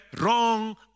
wrong